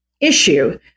issue